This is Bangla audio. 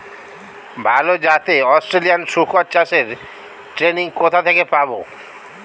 ভালো জাতে অস্ট্রেলিয়ান শুকর চাষের ট্রেনিং কোথা থেকে পাব?